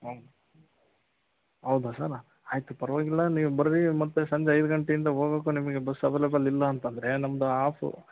ಹೌದಾ ಸರ್ ಆಯಿತು ಪರವಾಗಿಲ್ಲ ನೀವು ಬರ್ರಿ ಮತ್ತು ಸಂಜೆ ಐದು ಗಂಟೆಯಿಂದ ಹೋಗೋಕ್ಕೂ ನಿಮಗೆ ಬಸ್ ಅವೈಲೇಬಲ್ ಇಲ್ಲ ಅಂತಂದರೆ ನಮ್ಮದು ಹಾಫು